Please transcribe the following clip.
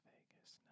Vegas